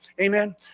Amen